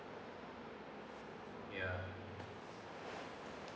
ya